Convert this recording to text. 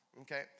Okay